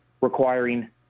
requiring